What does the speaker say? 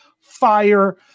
fire